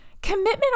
Commitment